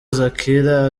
zakira